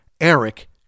eric